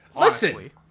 Listen